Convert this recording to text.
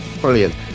brilliant